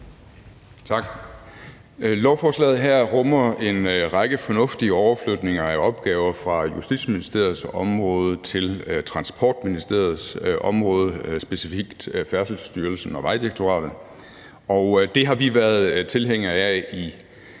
Tak. Lovforslaget her rummer en række fornuftige overflytninger af opgaver fra Justitsministeriets område til Transportministeriets område, specifikt Færdselsstyrelsen og Vejdirektoratet, og det har vi været tilhængere af